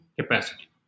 capacity